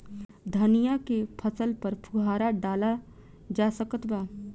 धनिया के फसल पर फुहारा डाला जा सकत बा?